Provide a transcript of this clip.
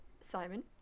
Simon